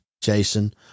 Jason